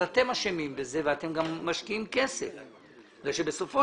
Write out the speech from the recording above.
אתם אשמים בזה ואתם גם משקיעים כסף כי בסופו